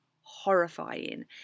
horrifying